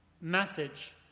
message